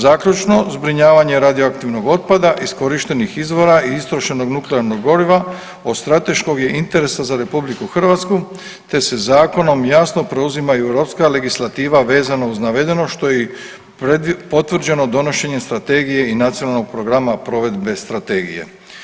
Zaključno, zbrinjavanje radioaktivnog otpada, iskorištenih izvora i istrošenog nuklearnog goriva od strateškog je interesa za RH, te se zakonom jasno preuzimaju europska legislativa vezano uz navedeno što je i potvrđeno donošenjem strategije i Nacionalnog programa provedbe strategije.